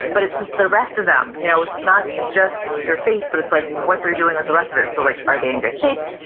but it's just the rest of them, you know? it's not just their face but like what they're doing with the rest of it. so like are they in good shape?